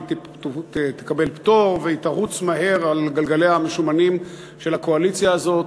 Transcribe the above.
היא תקבל פטור והיא תרוץ מהר על גלגליה המשומנים של הקואליציה הזו,